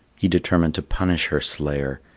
he determined to punish her slayer,